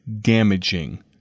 damaging